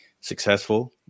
successful